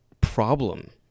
problem